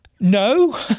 No